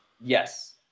Yes